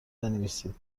بنویسید